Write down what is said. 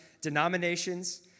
denominations